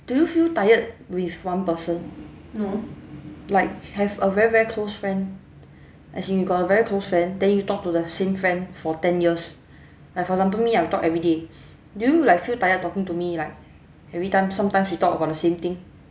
do you feel tired with one person like have a very very close friend as in you got a very close friend then you talk to the same friend for ten years like for example me I'll talk everyday do you like feel tired talking to me like every time sometimes we talk about the same thing